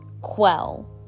quell